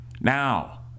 now